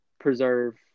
preserve